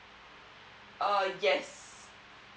uh yes